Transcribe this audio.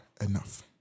enough